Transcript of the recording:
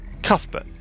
Cuthbert